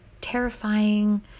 terrifying